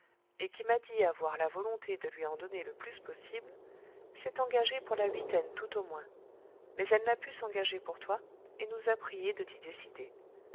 et qui m'a dit avoir la volonté de lui en donner le plus possible s'est engagée pour la huitaine tout au moins mais elle n'a pu s'engager pour toi et nous a priés de t'y décider